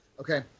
Okay